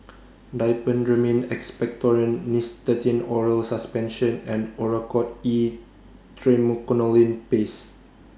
Diphenhydramine Expectorant Nystatin Oral Suspension and Oracort E Triamcinolone Paste